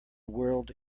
whirled